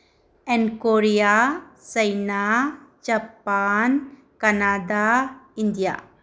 and Korea China Japan Canada India